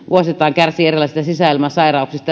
vuosittain kärsii erilaisista sisäilmasairauksista